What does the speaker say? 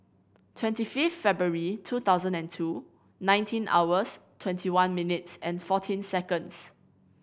twenty fifth February two thousand and two nineteen hours twenty one minutes fourteen seconds